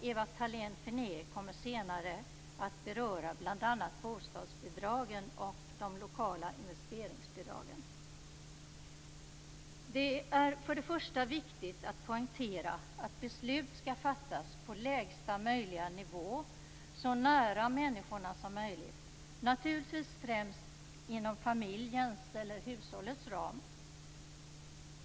Ewa Thalén Finné kommer senare att beröra bl.a. bostadsbidragen och de lokala investeringsbidragen. Det är först och främst viktigt att poängtera att beslut skall fattas på lägsta möjliga nivå, så nära människorna som möjligt, naturligtvis främst inom familjens eller hushållets ram.